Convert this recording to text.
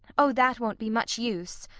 oh! that won't be much use.